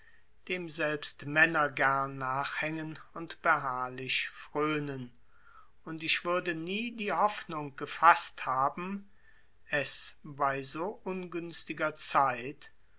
dem selbst männer gern nachhängen und beharrlich fröhnen und ich würde nie die hoffnung gefaßt haben es bei so ungünstiger zeit